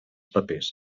papers